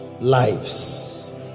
lives